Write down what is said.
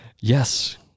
Yes